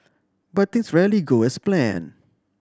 but things rarely go as planned